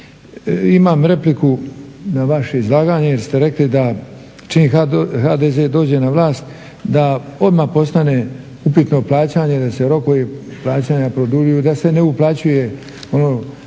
Imam repliku na vaše izlaganje jer ste rekli da čim HDZ dođe na vlast da odmah postane upitno plaćanje, da se rokovi plaćanja produljuju, da se ne uplaćuje